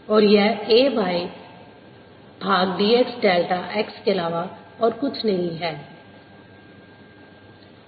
और यह A dy भाग dx डेल्टा x के अलावा और कुछ नहीं है